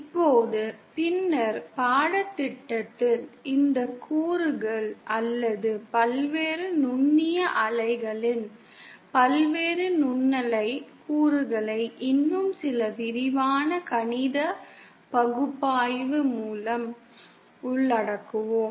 இப்போது பின்னர் பாடத்திட்டத்தில் இந்த கூறுகள் அல்லது பல்வேறு நுண்ணிய அலைகளின் பல்வேறு நுண்ணலை கூறுகளை இன்னும் சில விரிவான கணித பகுப்பாய்வு மூலம் உள்ளடக்குவோம்